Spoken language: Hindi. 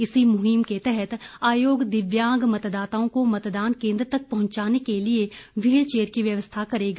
इसी मुहीम के तहत आयोग दिव्यांग मतदाताओं को मतदान केन्द्र तक पहुंचाने के लिए व्हील चेयर की व्यवस्था करेगा